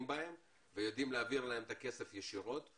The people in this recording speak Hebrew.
בהם ויודעים להעביר להם את הכסף ישירות,